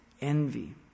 envy